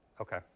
Okay